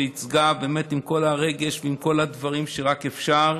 שייצגה באמת עם כל הרגש ועם כל הדברים שרק אפשר.